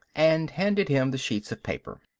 and handed him the sheets of paper.